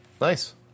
Nice